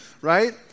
right